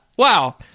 Wow